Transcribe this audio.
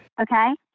Okay